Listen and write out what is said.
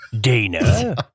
Dana